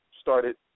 started